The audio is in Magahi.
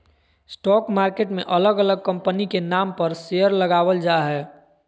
स्टॉक मार्केट मे अलग अलग कंपनी के नाम पर शेयर लगावल जा हय